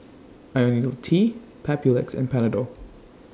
Ionil T Papulex and Panadol